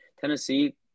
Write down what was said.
Tennessee